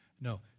No